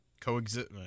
coexist